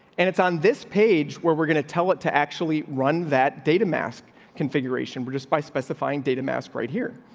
and it's on this page where we're gonna tell it to actually run that data masked configuration. we're just by specifying data mask right here.